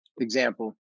example